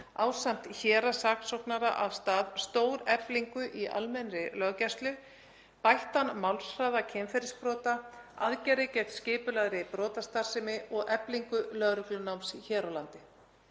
ásamt héraðssaksóknara af stað stóreflingu í almennri löggæslu, bættan málshraða kynferðisbrota, aðgerðir gegn skipulagðri brotastarfsemi og eflingu lögreglunáms hér á landi.